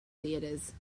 theatres